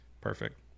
Perfect